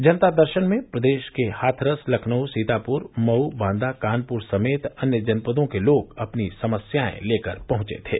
जनता दर्शन में प्रदेश के हाथरस लखनऊ सीतापुर मऊ बांदा कानपुर समेत अन्य जनपदों के लोग अपनी समस्याएं लेकर पहुंचे थे